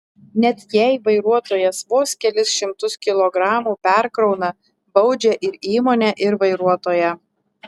net jei vairuotojas vos kelis šimtus kilogramų perkrauna baudžia ir įmonę ir vairuotoją